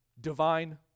Divine